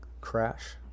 Crash